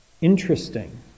interesting